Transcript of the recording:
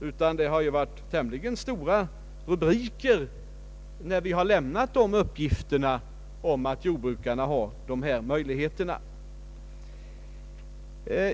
Det har tvärtom varit tämligen stora rubriker, när uppgifterna lämnats, om att jordbrukarna har dessa möjligheter.